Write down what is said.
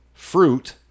Fruit